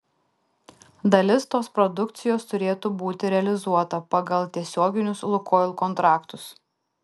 dalis tos produkcijos turėtų būti realizuota pagal tiesioginius lukoil kontraktus